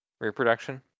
Reproduction